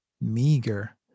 meager